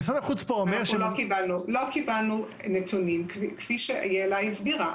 אנחנו לא קיבלנו נתונים כפי שיעלה הסבירה.